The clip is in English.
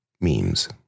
memes